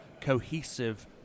cohesive